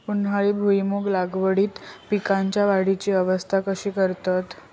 उन्हाळी भुईमूग लागवडीत पीकांच्या वाढीची अवस्था कशी करतत?